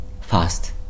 fast